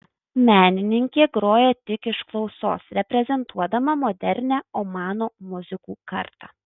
menininkė groja tik iš klausos reprezentuodama modernią omano muzikų kartą